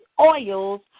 Oils